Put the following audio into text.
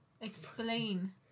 Explain